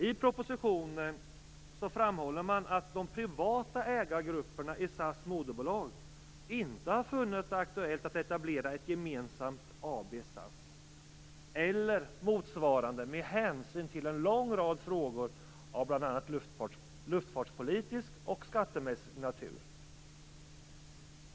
I propositionen framhålls att de privata ägargrupperna i SAS moderbolag inte har funnit det aktuellt att etablera ett gemensamt "AB SAS" eller motsvarande med hänsyn till en lång rad frågor av bl.a. luftfartspolitisk och skattemässig natur.